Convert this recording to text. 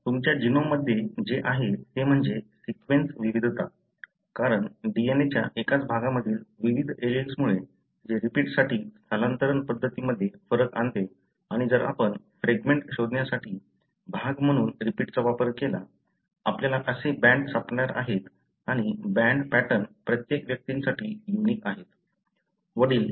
तर तुमच्या जीनोममध्ये जे आहे ते म्हणजे सीक्वेन्स विविधता कारण DNA च्या एकाच भागा मधील विविध एलील्समुळे जे रिपीटसाठी स्थलांतरण पद्धतीमध्ये फरक आणते आणि जर आपण फ्रॅगमेंट शोधण्यासाठी भाग म्हणून रिपीटचा वापर केला आपल्याला असे बँड सापडणार आहेत आणि बँड पॅटर्न प्रत्येक व्यक्तीसाठी युनिक आहेत